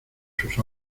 sus